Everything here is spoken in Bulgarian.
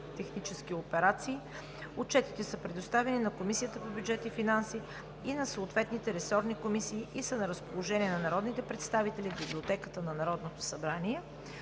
„Технически операции“. Отчетите са предоставени на Комисията по бюджет и финанси и на съответните ресорни комисии и са на разположение на народните представители в Библиотеката на Народното събрание.